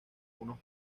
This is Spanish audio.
unos